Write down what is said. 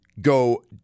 go